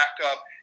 backup